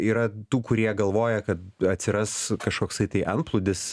yra tų kurie galvoja kad atsiras kažkoksai tai antplūdis